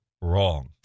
wrong